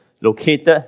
located